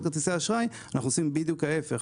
כרטיסי האשראי אנחנו עושים בדיוק ההיפך,